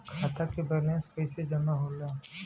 खाता के वैंलेस कइसे जमा होला?